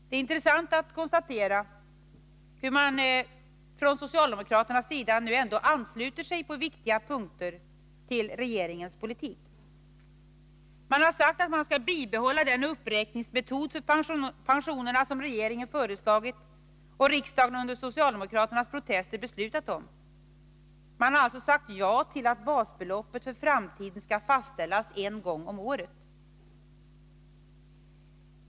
Det är intressant att konstatera hur socialdemokraterna nu ändå på viktiga punkter ansluter sig till regeringens politik. Man har sagt att man skall bibehålla den uppräkningsmetod för pensionerna som regeringen föreslagit och som riksdagen under socialdemokraternas protester beslutat om. Man har alltså sagt ja till att basbeloppet för framtiden skall fastställas en gång om året.